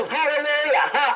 Hallelujah